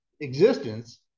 existence